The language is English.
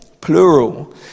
Plural